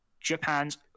Japan's